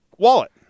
wallet